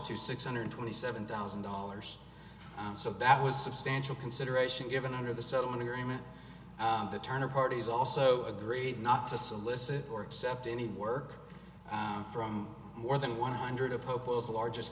to six hundred twenty seven thousand dollars so that was substantial consideration given under the settlement agreement the turner parties also agreed not to solicit or accept any work i'm from more than one hundred of hope the largest